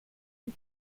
and